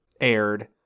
aired